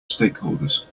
stakeholders